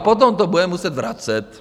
A potom to bude muset vracet.